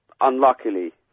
Unluckily